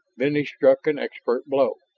then he struck an expert blow.